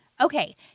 Okay